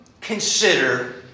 consider